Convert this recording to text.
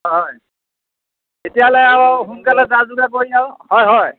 হয় তেতিয়াহ'লে আৰু সোনকালে যা যোগাৰ কৰি আৰু হয় হয়